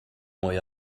mwy